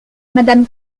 madame